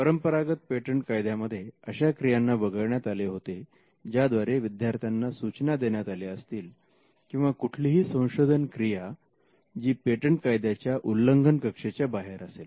परंपरागत पेटंट कायद्यामध्ये अशा क्रियांना वगळण्यात आले होते ज्याद्वारे विद्यार्थ्यांना सूचना देण्यात आल्या असतील किंवा कुठलीही संशोधन क्रिया जी पेटंट कायद्याच्या उल्लंघन कक्षेच्या बाहेर असेल